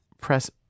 press